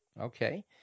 Okay